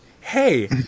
Hey